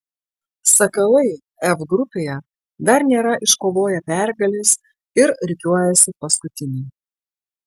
sakalai f grupėje dar nėra iškovoję pergalės ir rikiuojasi paskutiniai